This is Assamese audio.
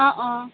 অ অ